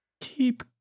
keep